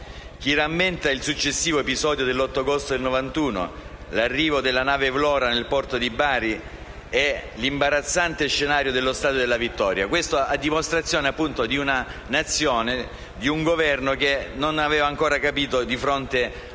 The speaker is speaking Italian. non rammenta il successivo episodio dell'8 agosto 1991, l'arrivo della nave Vlora nel porto di Bari e l'imbarazzante scenario dello Stadio della Vittoria? Questo è a dimostrazione di una Nazione e di un Governo che non avevano ancora capito di fronte a